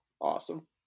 Awesome